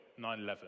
9-11